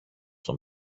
τον